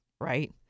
right